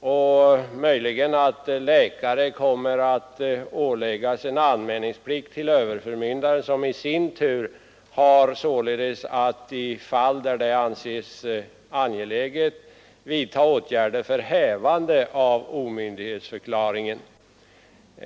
och möjligen medför att läkare åläggs en anmälningsplikt till överförmyndaren, som i sin tur har att i de fall där så anses angeläget vidta åtgärder för hävande av omyndighetsförklaringen.